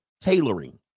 tailoring